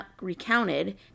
recounted